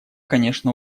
конечно